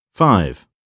Five